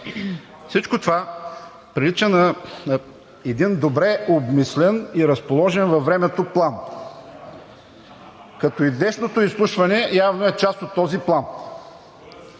Всичко това прилича на един добре обмислен и разположен във времето план, като и днешното изслушване явно е част от този план.